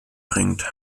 bringt